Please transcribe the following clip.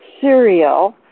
cereal